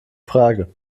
frage